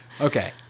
Okay